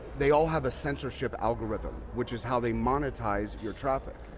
they all have a censorship algorithm, which is how they monetize your traffic.